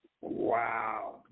Wow